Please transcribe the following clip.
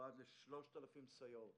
שמיועד ל-3,000 סייעות